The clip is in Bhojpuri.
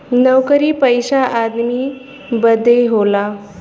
नउकरी पइसा आदमी बदे होला